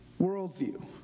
worldview